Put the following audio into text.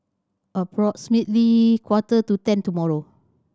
approximately quarter to ten tomorrow